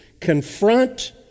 Confront